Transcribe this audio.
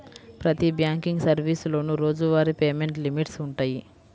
ప్రతి బ్యాంకింగ్ సర్వీసులోనూ రోజువారీ పేమెంట్ లిమిట్స్ వుంటయ్యి